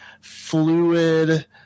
fluid